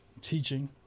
teaching